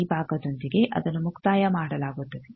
ಈ ಭಾಗದೊಂದಿಗೆ ಅದನ್ನು ಮುಕ್ತಾಯ ಮಾಡಲಾಗುತ್ತದೆ